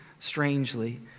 Strangely